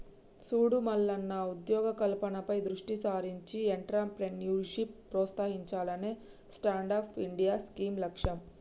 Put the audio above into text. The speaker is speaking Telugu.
సూడు మల్లన్న ఉద్యోగ కల్పనపై దృష్టి సారించి ఎంట్రప్రేన్యూర్షిప్ ప్రోత్సహించాలనే స్టాండప్ ఇండియా స్కీం లక్ష్యం